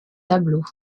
tableaux